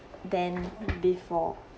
than before